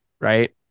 right